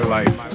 life